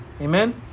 Amen